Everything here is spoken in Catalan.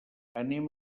anem